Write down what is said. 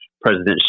president